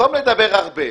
במקום לדבר הרבה,